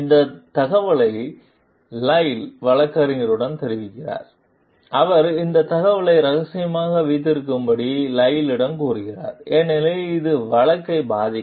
இந்த தகவலை லைல் வழக்கறிஞருடன் தெரிவிக்கிறார் அவர் இந்த தகவலை ரகசியமாக வைத்திருக்கும்படி லைலிடம் கூறுகிறார் ஏனெனில் இது வழக்கை பாதிக்கும்